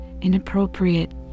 inappropriate